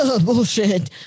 bullshit